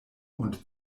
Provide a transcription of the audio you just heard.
und